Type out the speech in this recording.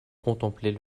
contemplait